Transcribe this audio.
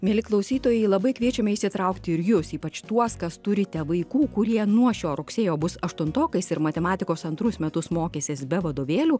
mieli klausytojai labai kviečiame įsitraukti ir jus ypač tuos kas turite vaikų kurie nuo šio rugsėjo bus aštuntokais ir matematikos antrus metus mokysis be vadovėlių